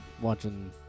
watching